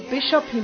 Bishop